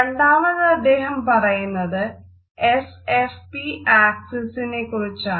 രണ്ടാമത് അദ്ദേഹം പറയുന്നത് എസ എഫ് പി ആക്സിസിനെക്കുറിച്ചാണ്